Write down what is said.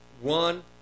one